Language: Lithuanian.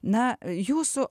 na jūsų